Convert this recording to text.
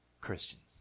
Christians